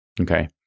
Okay